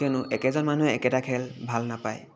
কিয়নো একেজন মানুহে একেটা খেল ভাল নাপায়